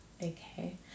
Okay